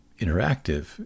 interactive